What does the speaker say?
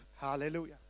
hallelujah